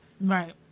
Right